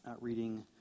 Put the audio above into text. reading